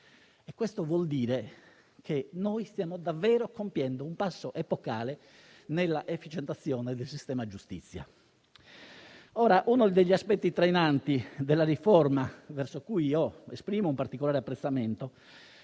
e vuol dire che stiamo davvero compiendo un passo epocale nell'efficientamento del sistema giustizia. Uno degli aspetti trainanti della riforma, verso cui esprimo un particolare apprezzamento,